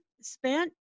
spent